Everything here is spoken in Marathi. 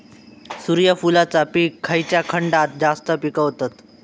सूर्यफूलाचा पीक खयच्या खंडात जास्त पिकवतत?